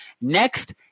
next